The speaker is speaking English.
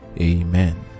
Amen